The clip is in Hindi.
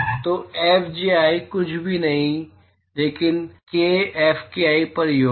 तो Fji कुछ भी नहीं है लेकिन सभी k Fki पर योग है